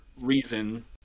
reason